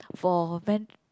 for ven~